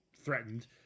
threatened